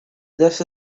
this